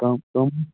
کٕم کٕم